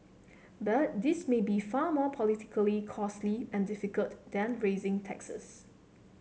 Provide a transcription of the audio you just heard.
but this may be far more politically costly and difficult than raising taxes